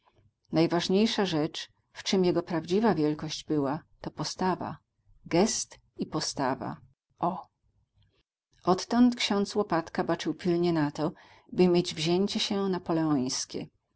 najważniejsza rzecz w czem jego prawdziwa wielkość była to postawa gest i postawa o odtąd ksiądz łopatka baczył pilnie na to by mieć wzięcie się